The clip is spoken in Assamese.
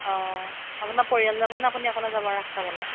অঁ আপোনাৰ পৰিয়াল যাবনে আপুনি অকলে যাব ৰাস চাবলে